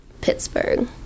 Pittsburgh